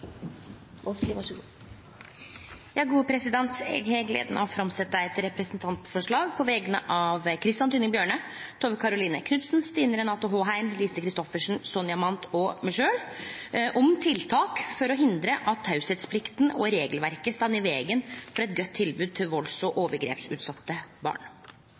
Vågslid vil framsette et representantforslag. Eg har gleda av å fremje eit representantforslag på vegner av Christian Tynning Bjørnø, Tove Karoline Knutsen, Stine Renate Håheim, Lise Christoffersen, Sonja Mandt og meg sjølv om tiltak for å hindre at teieplikt og regelverk står i vegen for eit godt tilbod til valds- og overgrepsutsette barn.